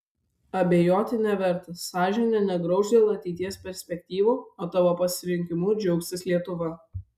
abejoti neverta sąžinė negrauš dėl ateities perspektyvų o tavo pasirinkimu džiaugsis lietuva